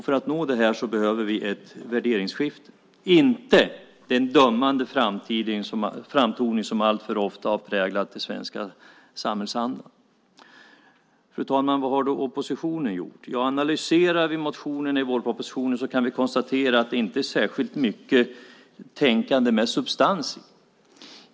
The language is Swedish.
För att nå det här behöver vi ett värderingsskifte - inte den dömande framtoning som alltför ofta har präglat svensk samhällsanda. Fru talman! Vad har då oppositionen gjort? Ja, analyserar vi motionen i vårpropositionen så kan vi konstatera att det inte är särskilt mycket tänkande med substans i.